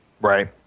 Right